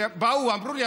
באו ואמרו לי,